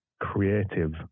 creative